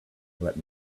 let